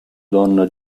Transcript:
donna